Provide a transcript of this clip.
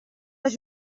les